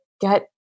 get